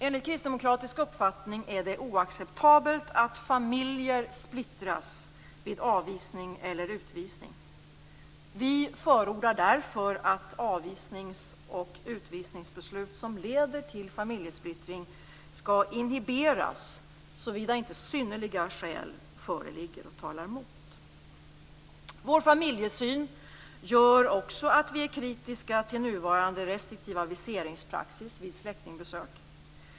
Enligt kristdemokratisk uppfattning är det oacceptabelt att familjer splittras vid avvisning eller utvisning. Vi förordar därför att utvisnings och avvisningsbeslut som leder till familjesplittring skall inhiberas såvida inte synnerliga skäl föreligger och talar mot detta. Vår familjesyn gör också att vi är kritiska till den nuvarande restriktiva viseringspraxisen vid släktbesök.